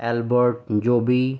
Albert جوبی